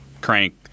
crank